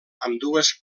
ambdues